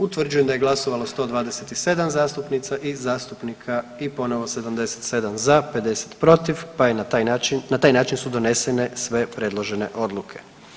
Utvrđujem da je glasovalo 127 zastupnica i zastupnika i ponovno 77 za, 50 protiv pa je na taj način su donesene sve predložene odluke.